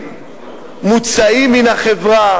מוצאים מן החברה.